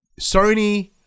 Sony